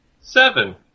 Seven